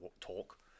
talk